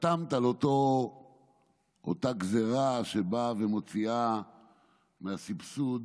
חתמת על אותה גזרה שבאה ומוציאה מהסבסוד